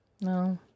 no